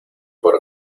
por